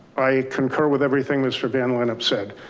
i concur with everything. that's for van line upset.